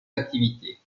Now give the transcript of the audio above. activités